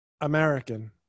American